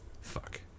Fuck